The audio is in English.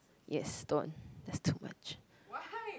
yes don't that's too much